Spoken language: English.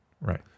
right